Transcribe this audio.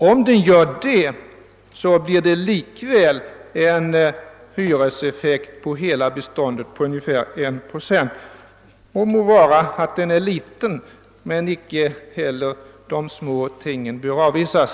Om den gör det, blir det likväl en hyreseffekt på hela beståndet av ungefär 1 procent. Det må vara att den är liten, men icke heller de små tingen bör avvisas.